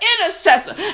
intercessor